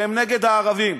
שהם נגד הערבים.